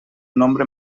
nombre